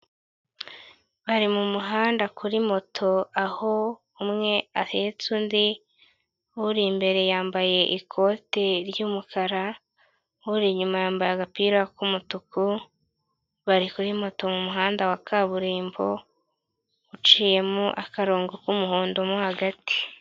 Bari mu mu handa kuri moto aho umwe ahetse undi, uri imbere yambaye ikote ry'umukara, uri inyuma yambaye agapira k'umutuku, bari kuri moto mu muhanda wa kaburimbo, uciyemo akarongo k'umuhondo mo hagati.